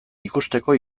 ikusteko